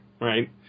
right